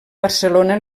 barcelona